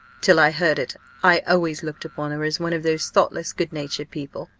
till i heard it, i always looked upon her as one of those thoughtless, good-natured people,